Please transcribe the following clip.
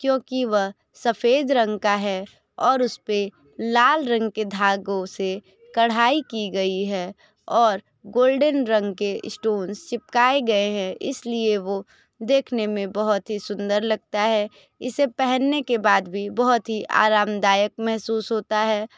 क्योंकि वह सफेद रंग का है और उसपे लाल रंग के धागो से कढ़ाई की गई है और गोल्डन रंग के स्टोन्स चिपकाए गये हैं इसलिए वह देखने में बहुत ही सुन्दर लगता है इसे पहनने के बाद भी बहुत ही आरामदायक महसूस होता है